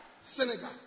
Senegal